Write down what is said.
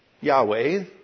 Yahweh